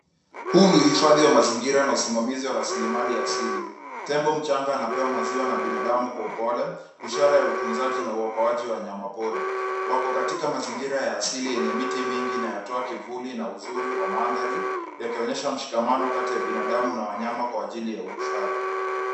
Huu ni uhifadhi wa mazingira na usimamazi wa rasilimali ya asili. Tembo mchanga anapewa maziwa na binadamu kwa upole, ishara ya utunzaji na uokoaji wa wanyamapori. Wako katika mazingira ya asili yenye miti mingi inayotoa kivuli na uzuri wa mandhari yakionyesha mshikamano kati ya binadamu na wanyama kwa ajili ya uhifadhi.